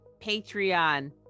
Patreon